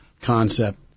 concept